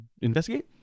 Investigate